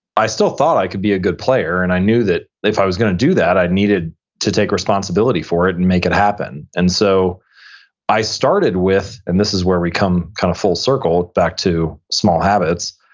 i still thought i could be a good player, and i knew that if i was going to do that, i needed to take responsibility for it and make it happen and so i started with, and this is where we come kind of full circle back to small habits,